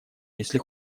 если